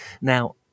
now